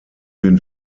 den